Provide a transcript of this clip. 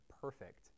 perfect